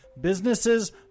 Businesses